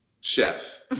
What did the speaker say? chef